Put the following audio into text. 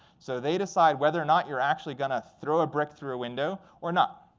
so they decide whether or not you're actually going to throw a brick through a window or not.